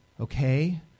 okay